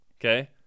okay